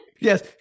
yes